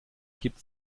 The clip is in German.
gibt